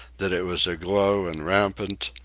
that it was aglow and rampant,